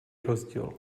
rozdíl